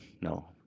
no